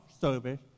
service